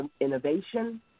innovation